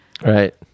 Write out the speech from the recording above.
right